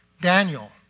Daniel